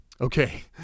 Okay